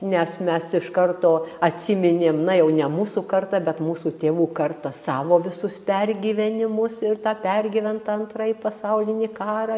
nes mes iš karto atsiminėm na jau ne mūsų karta bet mūsų tėvų karta savo visus pergyvenimus ir tą pergyventą antrąjį pasaulinį karą